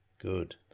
good